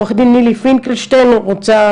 עורך דין נילי פינקלשטיין רוצה,